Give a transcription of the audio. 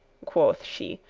quoth she,